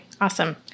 Awesome